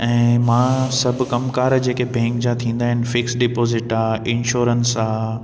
ऐं मां सभु कमु कार जेके बैंक जा थींदा आहिनि फिक्स डिपोसिट आहे इंश्योरेंस आहे